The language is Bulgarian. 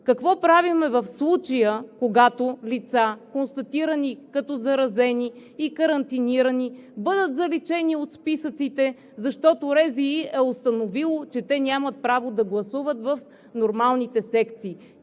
Какво правим в случая, когато лица, констатирани като заразени и карантинирани, бъдат заличени от списъците, защото РЗИ-то е установило, че те нямат право да гласуват в нормалните секции?